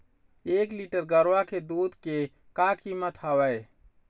एक लीटर गरवा के दूध के का कीमत हवए?